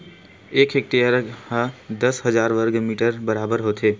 एक हेक्टेअर हा दस हजार वर्ग मीटर के बराबर होथे